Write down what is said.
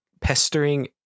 pestering